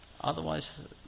Otherwise